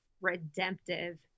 redemptive